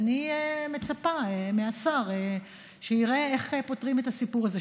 ואני מצפה מהשר שיראה איך פותרים את הסיפור הזה.